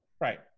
Right